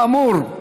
כאמור,